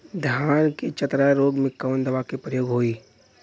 धान के चतरा रोग में कवन दवा के प्रयोग होई?